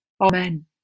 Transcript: Amen